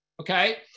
okay